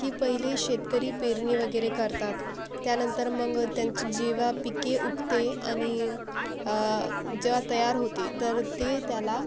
की पहिले शेतकरी पेरनी वगेरे करतात त्यानंतर मंग त्यांची जेवा पिके उगते अनिम् जेवा तयार होते तर ते त्याला